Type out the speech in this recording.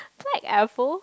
black apple